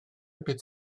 beth